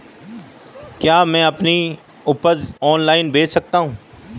क्या मैं अपनी उपज ऑनलाइन बेच सकता हूँ?